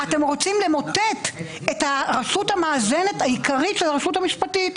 אתם רוצים למוטט את הרשות המאזנת העיקרית של הרשות המשפטית.